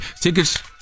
tickets